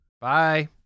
Bye